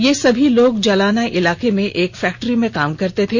ये समी लोग जालना इलाके में एक फैक्ट्री में काम करते थे